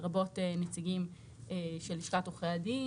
לרבות נציגים של לשכת עורכי הדין,